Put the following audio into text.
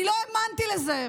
אני לא האמנתי לזה,